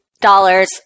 dollars